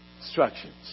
instructions